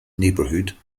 neighbourhood